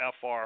FR